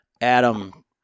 adam